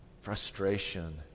Frustration